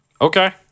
Okay